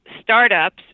startups